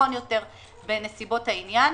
נכון יותר בנסיבות העניין,